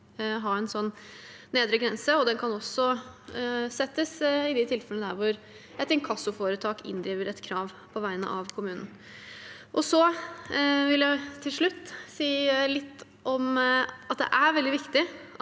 den kan også settes i de tilfellene der et inkassoforetak inndriver et krav på vegne av kommunen. Til slutt vil jeg si litt om at det er veldig viktig